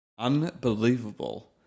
Unbelievable